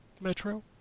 Metro